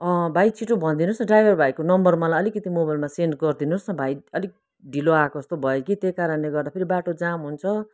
भाइ छिटो भनिदिनुहोस् न ड्राइभर भाइको मलाई अलिकति मोबाइलमा सेन्ट गरिदिनुहोस् न भाइ अलिक ढिलो आएको जस्तो भयो कि त्यही कारणले गर्दा फेरि बाटो जाम हुन्छ